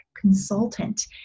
consultant